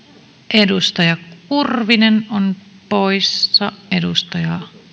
edustaja kurvinen on poissa edustaja